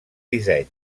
disseny